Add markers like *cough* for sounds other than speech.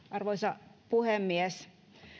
*unintelligible* arvoisa puhemies